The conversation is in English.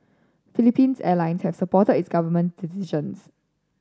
Philippine's Airlines has supported its government decisions